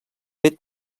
fet